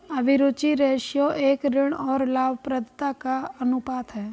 अभिरुचि रेश्यो एक ऋण और लाभप्रदता अनुपात है